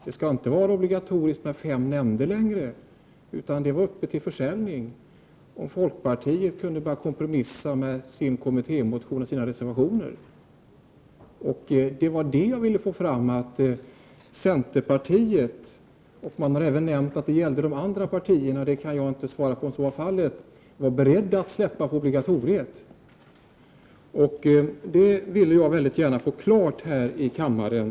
Det skall inte längre vara obligatoriskt med fem nämnder, utan detta var uppe till försäljning på villkor att folkpartiet kunde kompromissa om sin kommittémotion och sina reservationer. Det var detta jag ville påpeka. Centerpartiet var berett att släppa på obligatoriet. Man har i detta sammanhang även nämnt att de andra partierna skulle vara inne på den linjen, men jag kan inte säga om så var fallet. Jag vill gärna få detta klarlagt här i kammaren.